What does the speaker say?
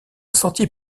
sentier